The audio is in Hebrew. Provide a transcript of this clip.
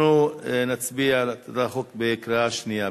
אנחנו נצביע על החוק בקריאה שנייה.